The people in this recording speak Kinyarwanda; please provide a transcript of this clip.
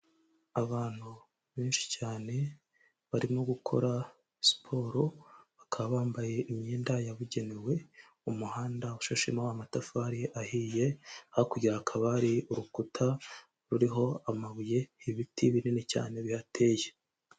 Abantu benshi cyane, barimo gukora siporo, bakaba bambaye imyenda yabugenewe, mu muhanda ushashemo amatafari ahiye, hakurya hakaba hari urukuta ruriho amabuye, ibiti binini cyane bihateye.